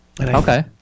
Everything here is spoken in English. Okay